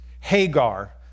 Hagar